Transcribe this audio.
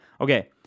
Okay